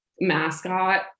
mascot